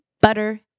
butter